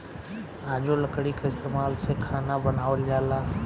आजो लकड़ी के इस्तमाल से खाना बनावल जाला